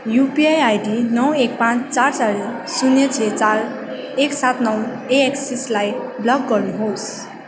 UPI ID नौ एक पाँच चार चार शुन्य छ चार एक सात नौ ए एक्सिसलाई ब्लक गर्नुहोस्